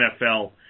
NFL